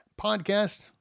podcast